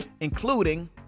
including